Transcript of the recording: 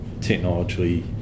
technologically